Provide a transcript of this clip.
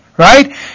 Right